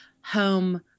home